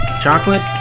Chocolate